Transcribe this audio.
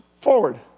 forward